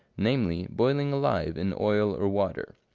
namely, boiling alive in oil or water.